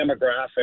demographic